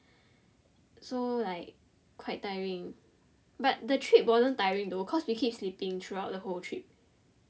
so like quite tiring but the trip wasn't tiring though cause we keep sleeping throughout the whole trip